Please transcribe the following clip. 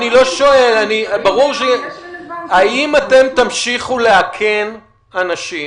אבל אני שואל, האם אתם תמשיכו לאכן אנשים